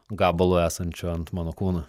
gabalu esančiu ant mano kūno